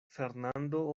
fernando